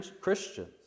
Christians